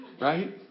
Right